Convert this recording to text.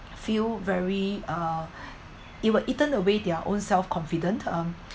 feel very uh it will eaten away their own self confident um